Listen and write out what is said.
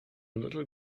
little